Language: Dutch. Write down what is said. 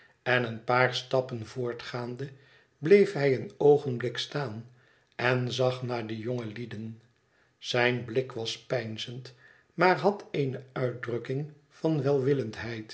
en een paar stappen voortgaande bleef hij een oogenblik staan en zag naar de jongelieden zijn blik was peinzend maar had eene uitdrukking van